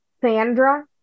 Sandra